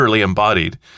embodied